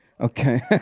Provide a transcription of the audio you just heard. Okay